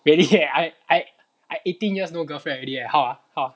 really eh I I I eighteen years no girlfriend already leh how ah how